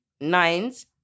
Nines